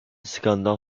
skandal